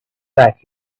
back